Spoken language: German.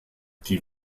die